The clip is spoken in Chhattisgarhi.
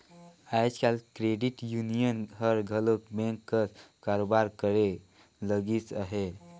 आएज काएल क्रेडिट यूनियन हर घलो बेंक कस कारोबार करे लगिस अहे